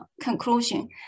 conclusion